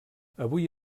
avui